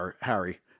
Harry